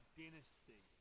dynasty